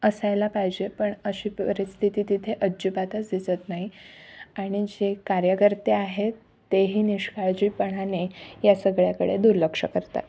असायला पाहिजे पण अशी परिस्थिती तिथे अजिबातच दिसत नाही आणि जे कार्यकर्ते आहेत तेही निष्काळजीपणाने या सगळ्याकडे दुर्लक्ष करता